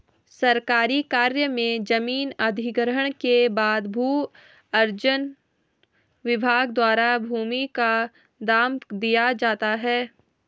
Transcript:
सरकारी कार्य में जमीन अधिग्रहण के बाद भू अर्जन विभाग द्वारा भूमि का दाम दिया जाता है